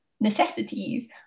necessities